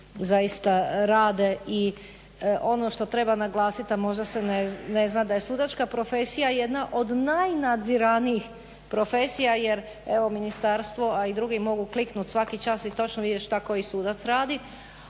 zaista rade. I ono što treba naglasit a možda se ne zna, da je sudačka profesija jedna od najnadziranijih profesija jer evo Ministarstvo, a i drugi mogu kliknut svaki čas i točno vidjet šta koji sudac radi,